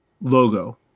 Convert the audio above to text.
logo